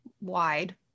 wide